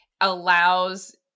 allows